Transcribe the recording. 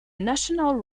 national